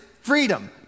freedom